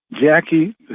Jackie